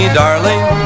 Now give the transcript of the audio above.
darling